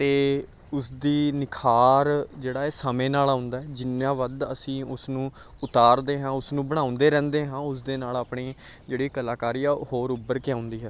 ਅਤੇ ਉਸ ਦੀ ਨਿਖਾਰ ਜਿਹੜਾ ਹੈ ਸਮੇਂ ਨਾਲ ਆਉਂਦਾ ਜਿੰਨਾ ਵੱਧ ਅਸੀਂ ਉਸ ਨੂੰ ਉਤਾਰਦੇ ਹਾਂ ਉਸ ਨੂੰ ਬਣਾਉਂਦੇ ਰਹਿੰਦੇ ਹਾਂ ਉਸ ਦੇ ਨਾਲ ਆਪਣੀ ਜਿਹੜੀ ਕਲਾਕਾਰੀ ਆ ਹੋਰ ਉਭਰ ਕੇ ਆਉਂਦੀ ਹੈ